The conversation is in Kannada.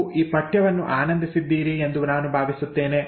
ನೀವು ಈ ಪಠ್ಯವನ್ನು ಆನಂದಿಸಿದ್ದೀರಿ ಎಂದು ಭಾವಿಸುತ್ತೇನೆ